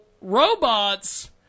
robots